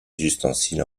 ustensiles